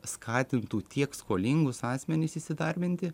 skatintų tiek skolingus asmenis įsidarbinti